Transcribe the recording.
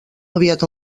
aviat